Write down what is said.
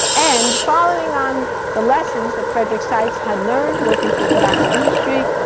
and following on the lessons that frederick seitz had learned working for the tobacco industry,